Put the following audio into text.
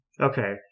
Okay